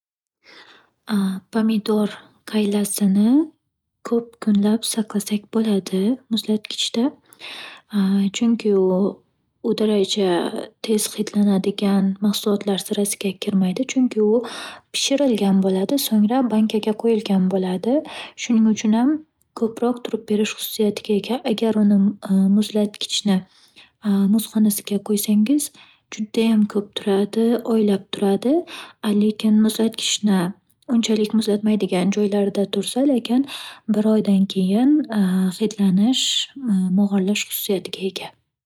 Pamidor qaylasini ko'p kunlab saqlasak bo'ladi muzlatgichda. Chunki u u daraja tez hidlanadigan mahsulotlar sirasiga kirmaydi. Chunki u pishirilgan bo'ladi. So'ngra, bankaga qo'yilgan bo'ladi. Shuning uchun ham ko'proq turib berish xususiyatiga ega. Agar uni muzlatgichni muzxonasiga qo'ysangiz judayam ko'p turadi, oylab turadi. Lekin muzlatgichni unchalik muzlatmaydigan joylarida tursa lekin, bir oydan keyin hidlanish, mog'orlash xususiyatiga ega.